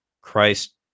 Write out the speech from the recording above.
Christ